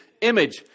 image